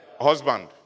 Husband